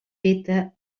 feta